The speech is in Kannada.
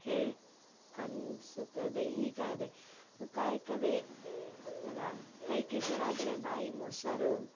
ಹೇಳಿ ಅನ್ಸುತ್ತದೆ ಈ ಗಾದೆ ಕಾಯಕವೇ ಅಲ್ಲ ಕೈ ಕೆಸರಾದರೆ ಬಾಯಿ ಮೊಸರು